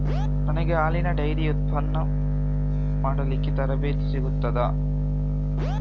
ನನಗೆ ಹಾಲಿನ ಡೈರಿ ಉತ್ಪನ್ನ ಮಾಡಲಿಕ್ಕೆ ತರಬೇತಿ ಸಿಗುತ್ತದಾ?